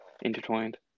intertwined